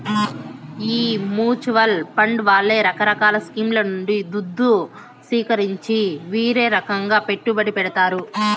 ఈ mutual fund వాళ్లే రకరకాల స్కీంల నుండి దుద్దు సీకరించి వీరే రకంగా పెట్టుబడి పెడతారు